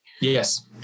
Yes